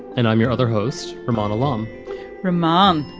and i'm your other host, ramona lum reman.